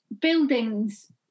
buildings